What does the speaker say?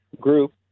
group